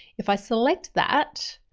if i select that,